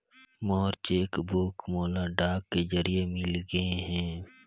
मोर cheque book मोला डाक के जरिए मिलगे हे